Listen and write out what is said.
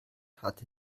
hatte